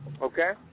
Okay